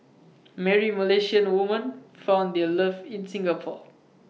many Malaysian woman found their love in Singapore